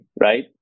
right